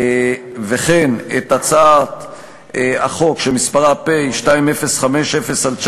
וכן את הצעת החוק שמספרה פ/2050/19,